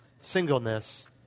singleness